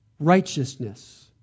righteousness